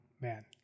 Man